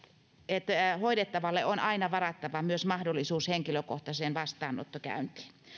että hoidettavalle on aina varattava myös mahdollisuus henkilökohtaiseen vastaanottokäyntiin